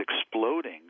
exploding